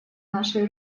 нашей